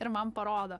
ir man parodo